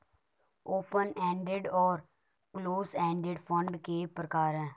open ended और close ended fund के प्रकार हैं